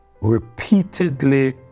repeatedly